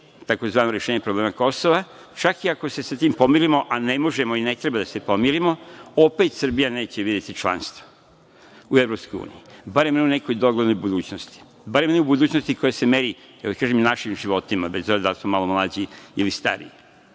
tzv. rešenje problema Kosova, čak i ako se sa tim pomirimo, a ne možemo i ne treba da se pomirimo, opet Srbija neće videti članstvo u EU, barem ne u nekoj doglednoj budućnosti, barem ne u budućnosti koja se meri našim životima bez obzira da li su mlađi ili stariji.